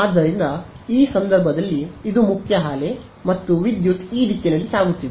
ಆದ್ದರಿಂದ ಈ ಸಂದರ್ಭದಲ್ಲಿ ಇದು ಮುಖ್ಯ ಹಾಲೆ ಮತ್ತು ವಿದ್ಯುತ್ ಈ ದಿಕ್ಕಿನಲ್ಲಿ ಸಾಗುತ್ತಿದೆ